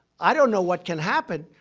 i don't know what can happen,